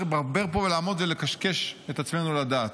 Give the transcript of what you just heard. לברבר פה ולעמוד ולקשקש את עצמנו לדעת.